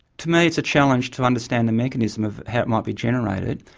to me it's a challenge to understand the mechanism of how it might be generated.